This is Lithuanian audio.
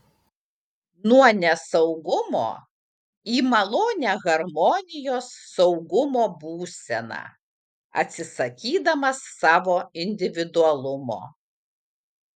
nuo nesaugumo į malonią harmonijos saugumo būseną atsisakydamas savo individualumo